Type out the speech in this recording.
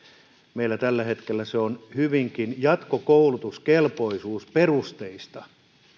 meillä tällä hetkellä se on hyvinkin jatkokoulutuskelpoisuusperusteista